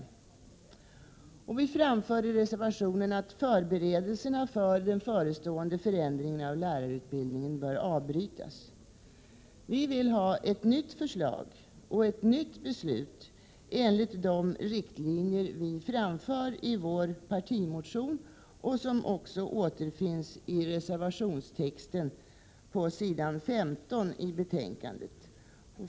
I reservationen framför vi att förberedelserna för den förestående förändringen av lärarutbildningen bör avbrytas. Vi vill ha ett nytt förslag och ett nytt beslut enligt de riktlinjer vi framför i vår partimotion och i reservationstexten, som återfinns på s. 15 i betänkandet.